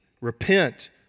repent